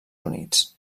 units